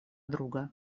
друга